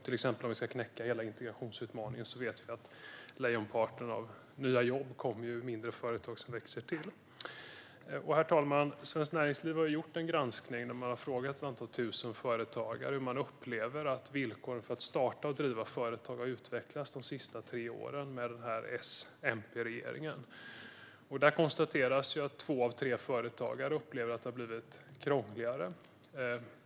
När det gäller till exempel hela integrationsutmaningen vet vi att lejonparten av nya jobb kommer från mindre företag som växer. Herr talman! Svenskt Näringsliv har gjort en granskning och frågat ett antal tusen företagare hur de upplever att villkoren för att starta och driva företag har utvecklats de senaste tre åren med S-MP-regeringen. Två av tre företagare upplever att det har blivit krångligare.